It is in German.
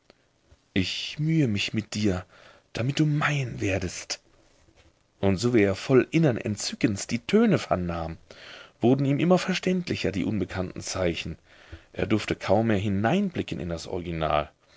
ich mühe mich mit dir damit du mein werdest und sowie er voll innern entzückens die töne vernahm wurden ihm immer verständlicher die unbekannten zeichen er durfte kaum mehr hineinblicken in das original